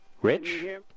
Rich